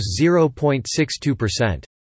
0.62%